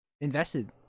invested